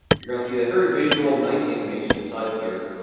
you're going to see that very visual nice animation inside of here.